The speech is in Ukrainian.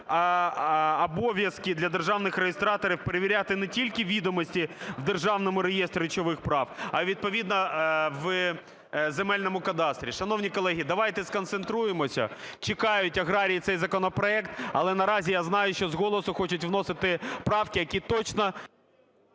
обов'язки для державних реєстраторів перевіряти не тільки відомості в Державному реєстрі речових прав, а відповідно в земельному кадастрі. Шановні колеги, давайте сконцентруємося. Чекають аграрії цей законопроект, але наразі я знаю, що з голосу хочуть вносити правки, які точно…